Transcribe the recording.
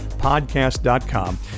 podcast.com